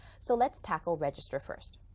so let's tackle register first.